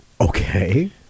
okay